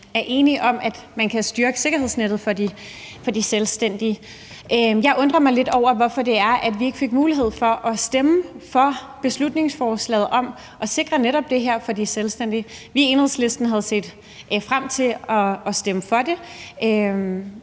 er enige om, at man kan styrke sikkerhedsnettet for de selvstændige. Jeg undrer mig lidt over, hvorfor vi ikke fik mulighed for at stemme for beslutningsforslaget om at sikre netop det her for de selvstændige, for vi i Enhedslisten havde set frem til at stemme for det.